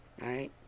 right